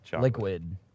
liquid